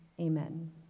amen